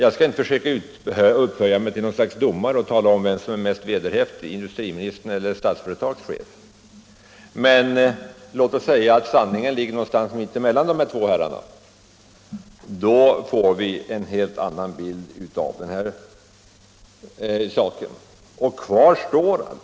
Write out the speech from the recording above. Jag skall inte försöka upphöja mig till något slags domare och tala om vem som är mest vederhäftig, industriministern eller Statsföretags chef, men låt oss säga att sanningen ligger någonstans mitt emellan. Då får vi en helt annan bild av anspråken på kapitalmarknaden.